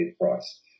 price